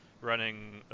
running